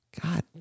God